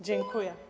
Dziękuję.